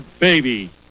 baby